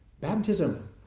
baptism